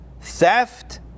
theft